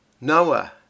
Noah